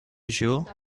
jour